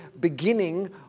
beginning